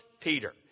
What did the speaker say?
Peter